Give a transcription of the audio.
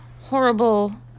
horrible